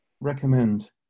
recommend